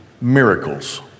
miracles